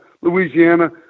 Louisiana